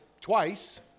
twice